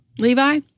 Levi